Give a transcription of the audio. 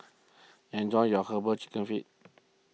enjoy your Herbal Chicken Feet